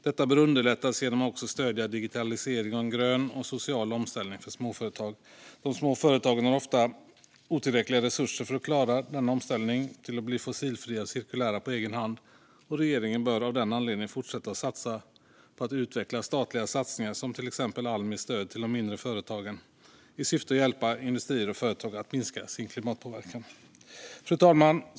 Detta bör underlättas genom att också stödja digitalisering och en grön och social omställning för småföretag. De små företagen har ofta otillräckliga resurser för att klara omställningen till att bli fossilfria och cirkulära på egen hand. Regeringen bör av den anledningen fortsätta att satsa på och utveckla statliga satsningar, till exempel Almis stöd till de mindre företagen, i syfte att hjälpa industrier och företag att minska sin klimatpåverkan. Fru talman!